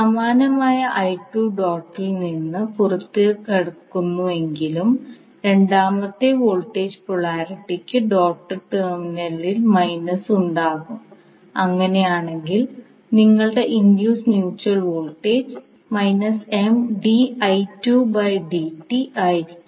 സമാനമായി ഡോട്ടിൽ നിന്ന് പുറത്തുകടക്കുന്നുവെങ്കിലും രണ്ടാമത്തെ വോൾട്ടേജ് പോളാരിറ്റിക്ക് ഡോട്ട്ഡ് ടെർമിനലിൽ മൈനസ് ഉണ്ടാകും അങ്ങനെയാണെങ്കിൽ നിങ്ങളുടെ ഇൻഡ്യൂസ്ഡ് മ്യൂച്വൽ വോൾട്ടേജ് ആയിരിക്കും